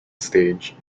stage